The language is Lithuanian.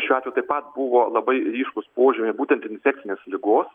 šiuo atveju taip pat buvo labai ryškūs požymiai būtent infekcinės ligos